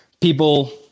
people